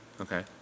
Okay